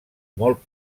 molt